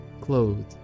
clothed